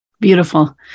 Beautiful